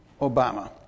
Obama